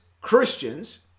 Christians